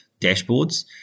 dashboards